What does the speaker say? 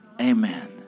Amen